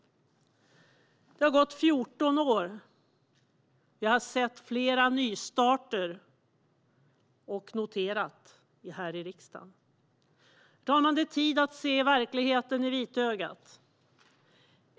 Sedan dess har det gått 14 år, och vi har sett flera nystarter här i riksdagen. Herr talman! Det är tid att se verkligheten i vitögat.